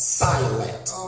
silent